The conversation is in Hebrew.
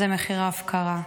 זה מחיר ההפקרה.